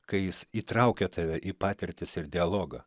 kai jis įtraukia tave į patirtis ir dialogą